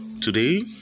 today